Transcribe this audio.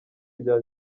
rya